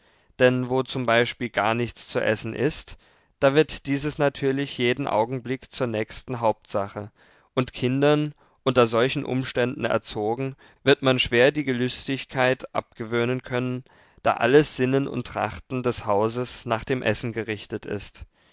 denn wo z b gar nichts zu essen ist da wird dieses natürlich jeden augenblick zur nächsten hauptsache und kindern unter solchen umständen erzogen wird man schwer die gelüstigkeit abgewöhnen können da alles sinnen und trachten des hauses nach dem essen gerichtet ist